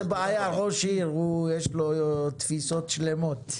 זה בעיה, ראש עיר, יש לו תפיסות שלמות.